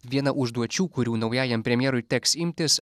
viena užduočių kurių naujajam premjerui teks imtis